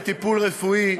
לטיפול רפואי,